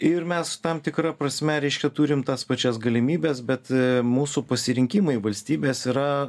ir mes tam tikra prasme reiškia turim tas pačias galimybes bet mūsų pasirinkimai valstybės yra